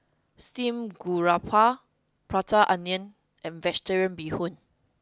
steamed garoupa prata onion and vegetarian bee hoon